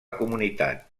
comunitat